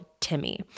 Timmy